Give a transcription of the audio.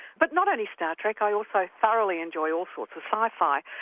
but not only star trek i also thoroughly enjoy all sorts of sci-fi.